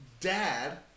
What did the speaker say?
dad